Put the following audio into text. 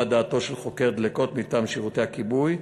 דעתו של חוקר דלקות מטעם שירותי הכיבוי,